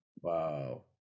Wow